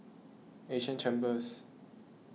Asia Chambers